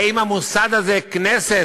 האם המוסד הזה, הכנסת,